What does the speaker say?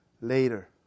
later